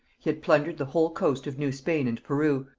he had plundered the whole coast of new spain and peru,